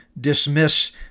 dismiss